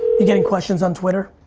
you getting questions on twitter?